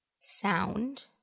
Sound